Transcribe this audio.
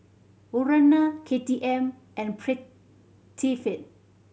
Urana K T M and Prettyfit